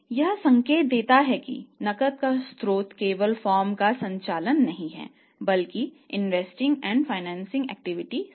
यह संकेत देता है कि नकद का स्रोत केवल फर्म का संचालन नहीं है बल्कि इन्वेस्टिंग और फाइनेंसिंग एक्टिविटीज हैं